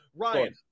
ryan